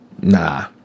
nah